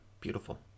beautiful